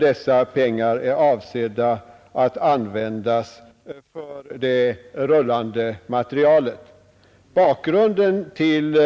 Dessa pengar skulle vara avsedda att användas för rullande materiel. Bakgrunden till